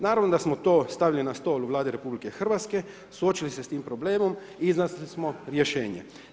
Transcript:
Naravno da smo to stavili na stol u Vladi RH, suočili se sa tim problemom, iznašli smo rješenje.